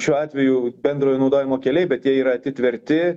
šiuo atveju bendrojo naudojimo keliai bet jie yra atitverti